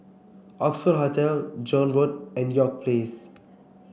Oxford Hotel Joan Road and York Place